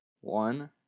one